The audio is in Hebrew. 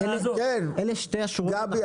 אלה שתי השורות --- גבי,